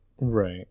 Right